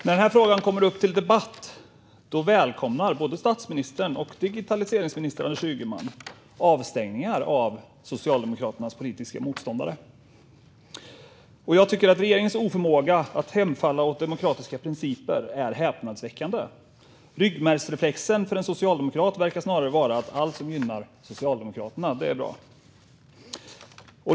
När den här frågan kommer upp till debatt välkomnar både statsministern och digitaliseringsminister Anders Ygeman avstängningar av Socialdemokraternas politiska motståndare. Jag tycker att regeringens oförmåga att anamma demokratiska principer är häpnadsväckande. Ryggmärgsreflexen för en socialdemokrat verkar snarare vara att allt som gynnar Socialdemokraterna är bra.